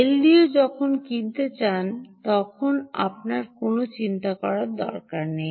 LDO যখন কিনতে চান তখন আপনার কোনও চিন্তা করার দরকার নেই